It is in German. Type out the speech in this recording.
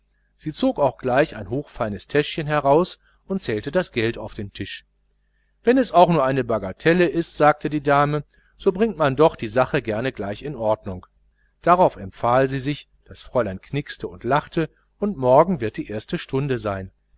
sie zog auch gleich ein hochfeines portemonnaie und zählte das geld auf den tisch wenn es auch nur eine bagatelle ist sagte die dame so bringt man doch die sache gerne gleich in ordnung darauf empfahl sie sich das fräulein knixte und lachte und morgen wird die erste stunde sein